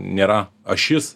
nėra ašis